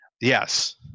Yes